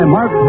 Mark